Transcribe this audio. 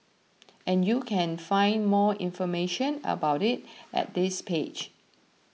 and you can find more information about it at this page